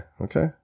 Okay